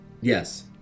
Yes